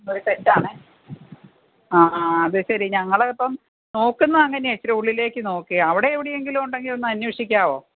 അത് തെറ്റാണ് ആ അത് ശരി ഞങ്ങൾ ഇപ്പം നോക്കുന്നത് അങ്ങനെയാണ് ഇച്ചിരി ഉള്ളിലേക്ക് നോക്കി അവിടെ എവിടെ എങ്കിലും ഉണ്ടെങ്കിൽ ഒന്ന് അന്വേഷിക്കാമോ